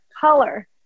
color